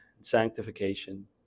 sanctification